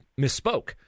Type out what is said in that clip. misspoke